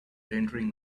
entering